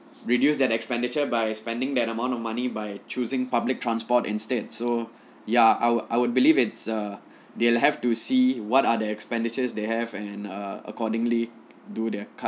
reduce that expenditure by spending that amount of money by choosing public transport instead so ya I would I would believe it's err they'll have to see what are the expenditures they have and err accordingly do their cut